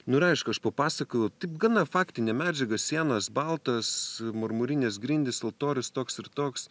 nu ir aišku aš papasakojau taip gana faktinę medžiagą sienos baltos marmurinės grindys altorius toks ir toks